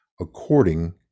according